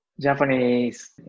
Japanese